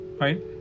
right